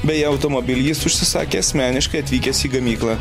beje automobilį jis užsisakė asmeniškai atvykęs į gamyklą